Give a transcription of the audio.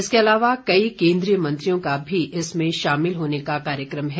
इसके अलावा कई केन्द्रीय मंत्रियों का भी इसमें शामिल होने का कार्यक्रम है